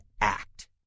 act